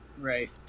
right